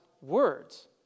words